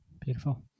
Beautiful